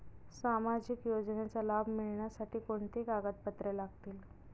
सामाजिक योजनेचा लाभ मिळण्यासाठी कोणती कागदपत्रे लागतील?